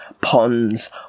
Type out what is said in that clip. ponds